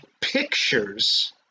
pictures